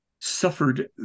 suffered